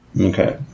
Okay